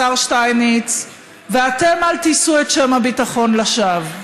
השר שטייניץ: ואתם אל תישאו את שם הביטחון לשווא.